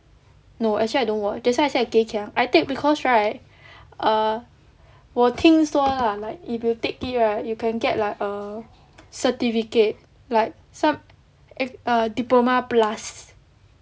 no actually I don't watch that's why I said I kay kiang I take because right err 我听说 lah like if you take it right you can get like a certificate like some eh a diploma plus